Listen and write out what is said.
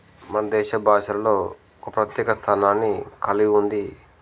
మన దేశ భాషల్లో ఒక ప్రత్యేక స్థానాన్ని కలిగి ఉంది